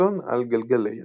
מרצון על גלגלי ריצה.